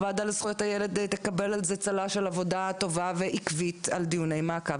הוועדה לזכויות הילד תקבל צל"ש של עבודה טובה ועקבית על דיוני מעקב,